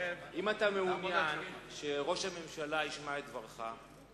אם אתה מעוניין שראש הממשלה ישמע את דבריך,